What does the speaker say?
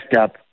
up